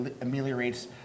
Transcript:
ameliorates